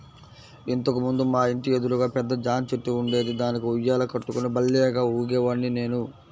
ఇంతకు ముందు మా ఇంటి ఎదురుగా పెద్ద జాంచెట్టు ఉండేది, దానికి ఉయ్యాల కట్టుకుని భల్లేగా ఊగేవాడ్ని నేను